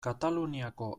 kataluniako